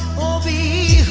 all the